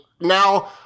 now